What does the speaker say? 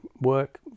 work